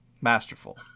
masterful